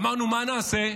אמרנו: מה נעשה?